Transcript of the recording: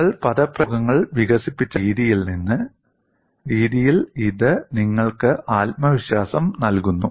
നിങ്ങൾ പദപ്രയോഗങ്ങൾ വികസിപ്പിച്ച രീതിയിൽ ഇത് നിങ്ങൾക്ക് ആത്മവിശ്വാസം നൽകുന്നു